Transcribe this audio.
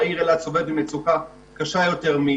העובדים הירדנים אם יש באילת אחוז אבטלה של יותר מ-7.5%.